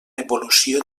evolució